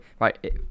right